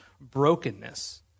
brokenness